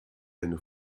eine